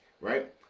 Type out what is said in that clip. right